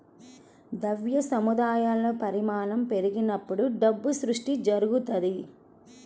ద్రవ్య సముదాయాల పరిమాణం పెరిగినప్పుడు డబ్బు సృష్టి జరుగుతది